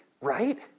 right